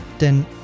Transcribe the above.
Denn